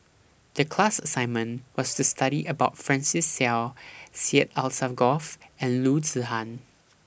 The class assignment was to study about Francis Seow Syed Alsagoff and Loo Zihan